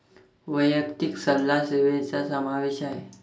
वैयक्तिक सल्ला सेवेचा समावेश आहे